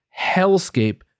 hellscape